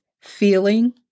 feeling